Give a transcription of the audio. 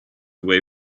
away